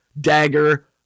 dagger